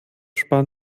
sparen